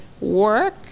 work